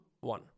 one